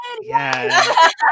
yes